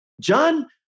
John